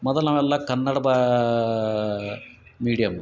ಮೊದಲು ನಾವೆಲ್ಲ ಕನ್ನಡದ ಮಿಡಿಯಮ್